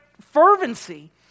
fervency